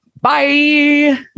bye